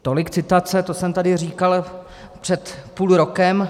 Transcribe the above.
Tolik citace, to jsem tady říkal před půl rokem.